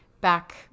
Back